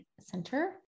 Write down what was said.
center